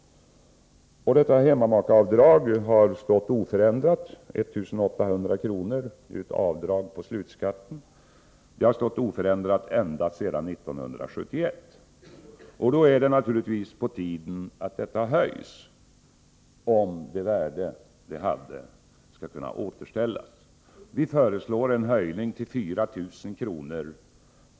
Det har stått oförändrat — 1800 kr. i avdrag på slutskatten — ända sedan 1971. Då är det naturligtvis på tiden att det höjs, om det värde det hade skall kunna återställas. Vi föreslår en höjning till 4 000 kr.